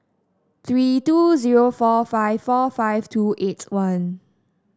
three two zero four five four five two eight one